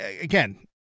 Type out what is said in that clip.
again